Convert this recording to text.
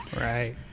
Right